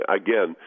again